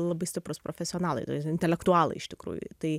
labai stiprūs profesionalai intelektualai iš tikrųjų tai